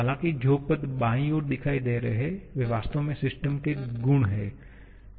हालांकि जो पद बाईं ओर दिखाई दे रहे हैं वे वास्तव में सिस्टम के गुण हैं